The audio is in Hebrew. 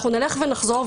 אנחנו נלך ונחזור,